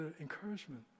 encouragement